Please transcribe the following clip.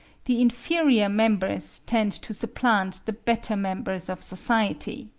the inferior members tend to supplant the better members of society.